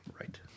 Right